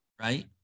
Right